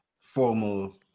formal